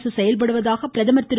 அரசு செயல்படுவதாக பிரதமர் திரு